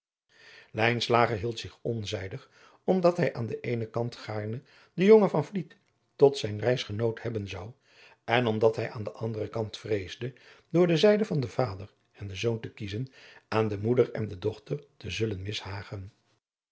hield zich onzijdig omdat hij aan den eenen kant gaarne den jongen van vliet tot zijn reisgenoot hebben zou en omdat hij aan den anderen kant vreesde door de zijde van den vader en den zoon te kiezen aan de moeder en de dochter te zullen mishagen